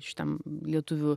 šitam lietuvių